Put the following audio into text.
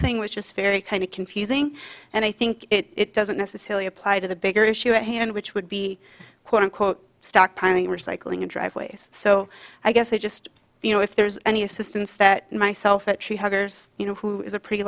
thing was just very kind of confusing and i think it doesn't necessarily apply to the bigger issue at hand which would be quote unquote stockpiling recycling in driveways so i guess it just you know if there's any assistance that myself that tree huggers you know who is a pretty